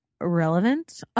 relevant